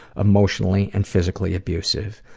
emotionally and physically abusive.